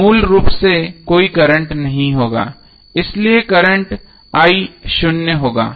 तो मूल रूप से कोई करंट नहीं होगा इसलिए करंट शून्य होगा